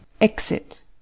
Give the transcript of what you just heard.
exit